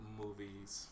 movies